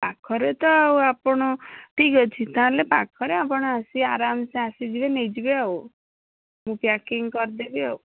ପାଖରେ ତ ଆଉ ଆପଣ ଠିକ୍ ଅଛି ତା'ହେଲେ ପାଖରେ ଆପଣ ଆସି ଆରାମସେ ଆସିଯିବେ ନେଇଯିବେ ଆଉ ମୁଁ ପ୍ୟାକିଂ କରିଦେବି ଆଉ